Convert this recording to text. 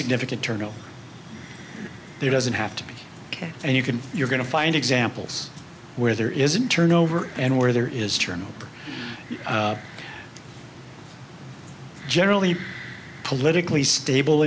significant terminal there doesn't have to be ok and you can you're going to find examples where there isn't turnover and where there is journal generally politically stable